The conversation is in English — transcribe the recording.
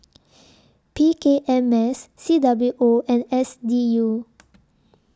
P K M S C W O and S D U